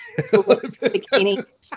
bikini